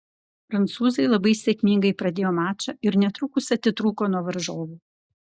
prancūzai labai sėkmingai pradėjo mačą ir netrukus atitrūko nuo varžovų